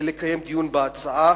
לקיים דיון בהצעה.